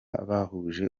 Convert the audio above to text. bahuje